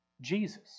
Jesus